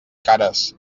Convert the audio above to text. cares